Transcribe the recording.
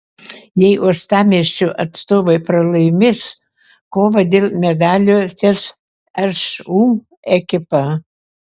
jei uostamiesčio atstovai pralaimės kovą dėl medalių tęs šu ekipa